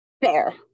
Fair